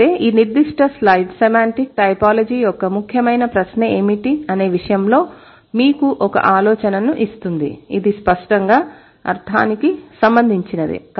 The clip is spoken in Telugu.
అయితే ఈ నిర్ధిష్ట స్లయిడ్ సెమాంటిక్ టైపోలాజీ యొక్క ముఖ్యమైన ప్రశ్న ఏమిటి అనే విషయంలో మీకు ఒక ఆలోచనను ఇస్తుంది ఇది స్పష్టంగా అర్థానికి సంబంధించినదే